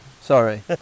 Sorry